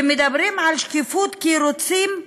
ומדברים על שקיפות כי רוצים,